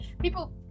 people